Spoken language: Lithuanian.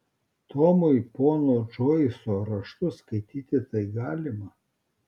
tomui pono džoiso raštus skaityti tai galima